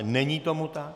Není tomu tak.